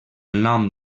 nom